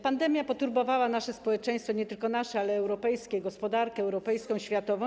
Pandemia poturbowała nasze społeczeństwo, nie tylko nasze, ale też europejskie, gospodarkę europejską, światową.